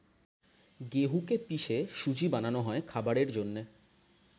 গেহুকে পিষে সুজি বানানো হয় খাবারের জন্যে